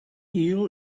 eel